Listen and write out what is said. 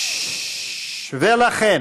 לכן